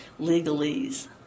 legalese